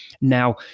Now